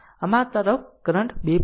આમ આ તરફ કરંટ 2